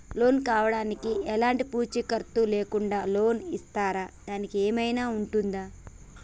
Loan కావడానికి ఎలాంటి పూచీకత్తు లేకుండా లోన్ ఇస్తారా దానికి ఏమైనా ఉంటుందా?